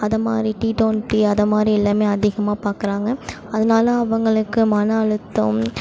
அதுமாரி T twenty அதுமாரி எல்லாம் அதிகமாக பாக்கிறாங்க அதனால அவங்களுக்கு மன அழுத்தம்